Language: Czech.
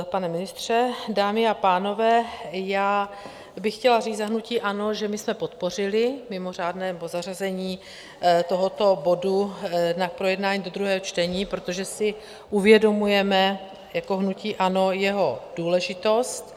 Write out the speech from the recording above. Pane ministře, dámy a pánové, já bych chtěla říct za hnutí ANO, že jsme podpořili mimořádné zařazení tohoto bodu na projednání do druhého čtení, protože si uvědomujeme jako hnutí ANO jeho důležitost.